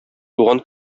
туган